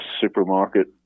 supermarket